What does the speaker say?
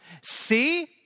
see